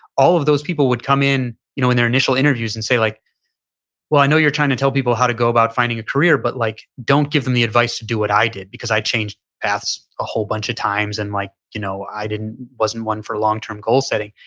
all of those people would come in you know in their initial interviews and say, like well, i know you're trying to tell people how to go about finding a career, but like don't give them the advice to do what i did because i changed paths a whole bunch of times and like you know i didn't, wasn't one for a long-term goal setting.